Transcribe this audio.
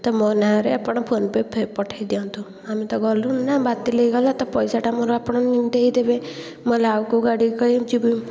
ତ ମୋ ନାଁରେ ଆପଣ ଫୋନ୍ ପେ' ପଠେଇ ଦିଅନ୍ତୁ ଆମେ ତ ଗଲୁନି ନା ବାତିଲ ହେଇଗଲା ତ ପଇସାଟା ଆପଣ ମୋର ଦେଇଦେବେ ନହେଲେ ଆଉ କେଉଁ ଗାଡ଼ିକି କହିକି ଯିବୁ